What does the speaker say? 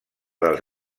dels